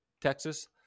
Texas